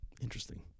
Interesting